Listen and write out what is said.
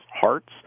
hearts